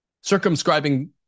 circumscribing